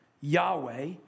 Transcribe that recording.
Yahweh